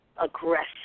aggressive